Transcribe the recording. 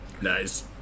nice